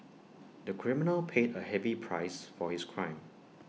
the criminal paid A heavy price for his crime